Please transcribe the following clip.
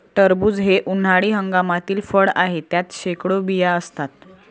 टरबूज हे उन्हाळी हंगामातील फळ आहे, त्यात शेकडो बिया असतात